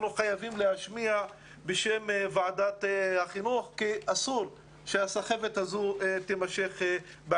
חייבים להשמיע בשם ועדת החינוך כי אסור שהסחבת הזאת תימשך.